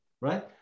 Right